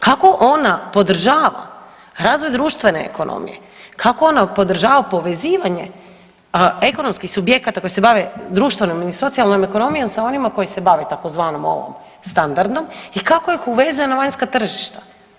Kako ona podržava razvoj društvene ekonomije, kako ona podržava povezivanje ekonomskih subjekata koji se bave društvenom i socijalnom ekonomijom sa onima koji se bave, tzv. ovom standardnom i kako ih uvezuje na vanjska tržišta?